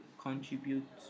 contribute